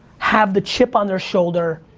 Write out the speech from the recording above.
have the chip on their shoulder,